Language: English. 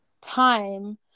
time